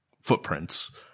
footprints